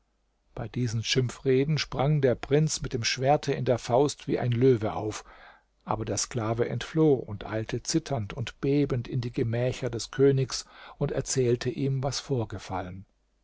bei diesen schimpfreden sprang der prinz mit dem schwerte in der faust wie ein löwe auf aber der sklave entfloh und eilte zitternd und bebend in die gemächer des königs und erzählte ihm was vorgefallen